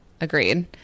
agreed